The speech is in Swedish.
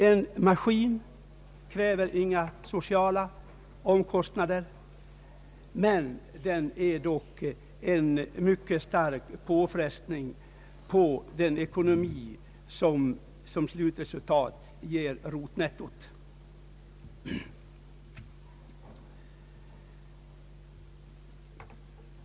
En maskin kräver inga sociala omkostnader, men den är ändå en mycket stark påfrestning på den ekonomi vilken som slutresultat ger rotnetitot.